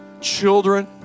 children